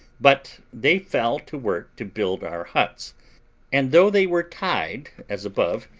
but they fell to work to build our huts and though they were tied as above,